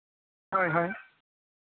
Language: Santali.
ᱦᱳᱭ ᱦᱳᱭ